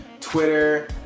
Twitter